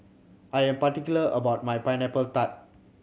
I am particular about my Pineapple Tart